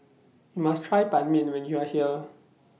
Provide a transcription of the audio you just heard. YOU must Try Ban Mian when YOU Are here